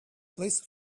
please